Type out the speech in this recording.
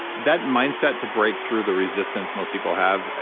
that mindset to break through the resistance most people have, ah